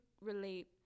relate